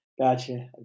Gotcha